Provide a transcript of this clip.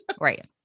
Right